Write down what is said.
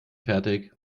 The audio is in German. fertig